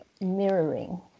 mirroring